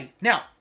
now